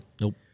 Nope